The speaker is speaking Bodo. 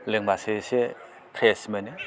लोंब्लासो एसे फ्रेश मोनो